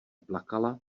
plakala